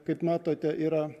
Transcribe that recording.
kaip matote yra